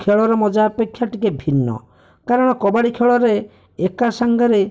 ଖେଳର ମଜା ଅପେକ୍ଷା ଟିକିଏ ଭିନ୍ନ କାରଣ କବାଡ଼ି ଖେଳରେ ଏକା ସାଙ୍ଗରେ